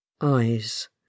Eyes